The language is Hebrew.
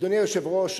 אדוני היושב-ראש,